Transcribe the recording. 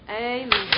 Amen